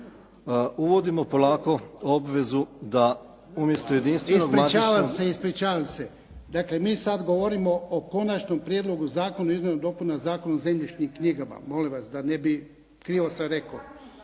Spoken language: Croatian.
Uvodimo polako obvezu da umjesto jedinstvenog … **Jarnjak, Ivan (HDZ)** Ispričavam se. Ispričavam se. Dakle, mi sad govorimo o Konačnom prijedlogu zakona o o izmjenama i dopunama Zakona o zemljišnim knjigama. Molim vas da ne bih. Krivo sam rekao.